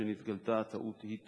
וכשנתגלתה הטעות היא תוקנה.